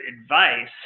advice